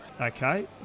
Okay